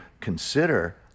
consider